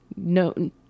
No